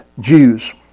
Jews